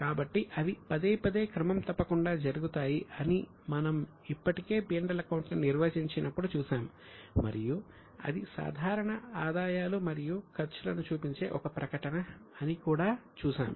కాబట్టి అవి పదేపదే క్రమం తప్పకుండా జరుగుతాయి అని మనము ఇప్పటికే P L అకౌంట్ ని నిర్వచించినప్పుడు చూశాము మరియు అది సాధారణ ఆదాయాలు మరియు ఖర్చులను చూపించే ఒక ప్రకటన అని కూడా చూశాము